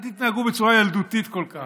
בצורה ילדותית כל כך.